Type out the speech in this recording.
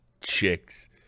chicks